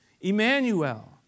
Emmanuel